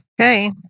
Okay